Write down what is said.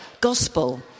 Gospel